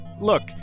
Look